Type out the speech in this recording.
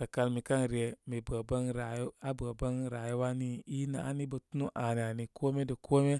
Rəkal mikan re, mi bəbən rayu, abəbən rayuwa nii inə an ibətunúú aani ani. Kome da kome.